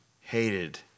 hated